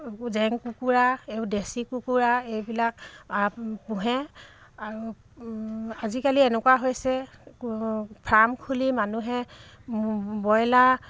জেং কুকুৰা এই দেচী কুকুৰা এইবিলাক পোহে আৰু আজিকালি এনেকুৱা হৈছে ফাৰ্ম খুলি মানুহে বইলাৰ